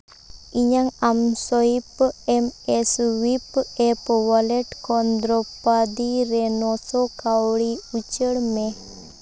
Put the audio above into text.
ᱤᱧᱟᱹᱜ ᱟᱱᱥᱳᱭᱟᱭᱤᱯ ᱮᱢ ᱮᱥᱚᱭᱤᱯ ᱮᱯ ᱚᱣᱟᱞᱮᱴ ᱠᱷᱚᱱ ᱫᱨᱚᱯᱟᱫᱤ ᱨᱮ ᱱᱚ ᱥᱚ ᱠᱟᱹᱣᱰᱤ ᱩᱪᱟᱹᱲ ᱢᱮ